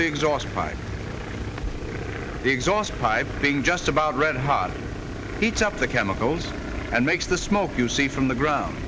the exhaust pipe the exhaust pipe being just about red hot heats up the chemicals and makes the smoke you see from the ground